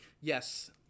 yes